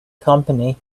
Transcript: company